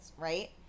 right